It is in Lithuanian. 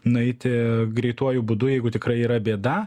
nueiti greituoju būdu jeigu tikrai yra bėda